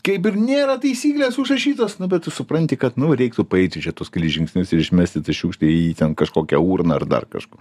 kaip ir nėra taisyklės užrašytos nu bet tu supranti kad nu reiktų paeiti čia tuos kelis žingsnius ir išmesti tą šiukšlę į ten kažkokią urną ar dar kažkur